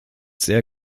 sehr